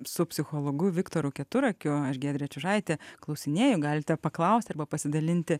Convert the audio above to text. su psichologu viktoru keturakiu aš giedrė čiužaitė klausinėju galite paklausti arba pasidalinti